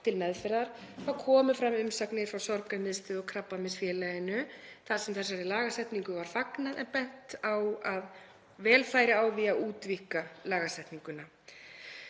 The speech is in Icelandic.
til meðferðar komu fram umsagnir frá Sorgarmiðstöð og Krabbameinsfélaginu þar sem þessari lagasetningu var fagnað en bent á að vel færi á því að útvíkka lagasetninguna.